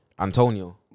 Antonio